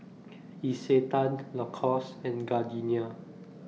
Isetan Lacoste and Gardenia